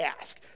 ask